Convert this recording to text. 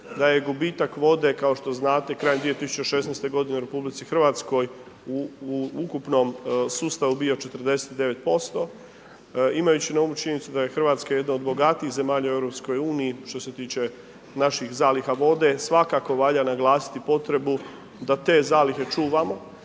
da je gubitak vode, kao što znate krajem 2016. g. u RH u ukupnom sustavu bio 49%. Imajući na umu činjenicu da je Hrvatska jedna od bogatijih zemalja u EU, što se tiče naših zaliha vode. Svakako valja naglasiti potrebu da te zalihe čuvamo